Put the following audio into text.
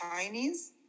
Chinese